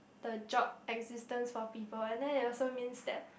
the job existence for people and then it also means that